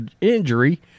injury